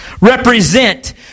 represent